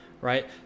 right